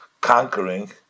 conquering